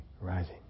rising